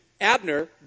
Abner